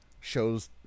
shows